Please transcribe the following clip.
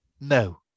No